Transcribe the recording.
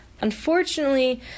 Unfortunately